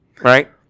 right